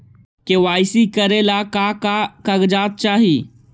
KYC करे ला का का कागजात चाही?